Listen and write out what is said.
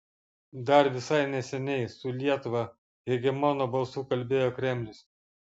dar visai neseniai su lietuva hegemono balsu kalbėjo kremlius